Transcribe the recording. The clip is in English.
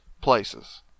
places